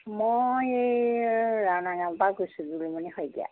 মই এই ৰাণাগাঁৱৰপৰা কৈছিলোঁ দুলুমণি শইকীয়া